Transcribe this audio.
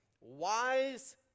Wise